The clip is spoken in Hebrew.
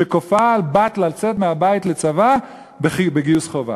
שכופה על בת לצאת מהבית לצבא בגיוס חובה,